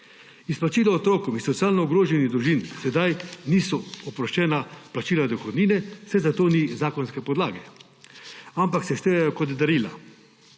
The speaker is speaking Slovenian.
Izplačila otrokom iz socialno ogroženih družin sedaj niso oproščena plačila dohodnine, saj za to ni zakonske podlage, ampak se štejejo kot darila.